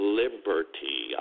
liberty